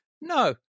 no